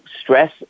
stress